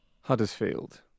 Huddersfield